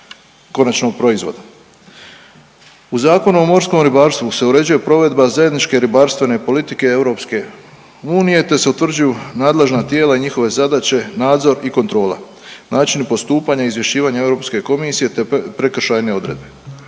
konačnog proizvoda. U Zakonu o morskom ribarstvu se uređuje provedba Zajedničke ribarstvene politike EU te se utvrđuju nadležna tijela, njihove zadaće, nadzor i kontrola, načini postupanja, izvješćivanja Europske komisije te prekršajne odredbe.